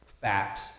facts